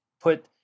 put